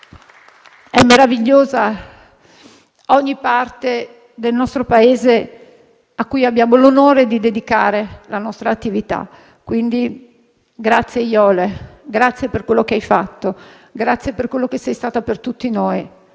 meravigliosa è ogni parte del nostro Paese cui abbiamo l'onore di dedicare la nostra attività. Grazie Jole, dunque, grazie per quello che hai fatto e per quello che sei stata per tutti noi.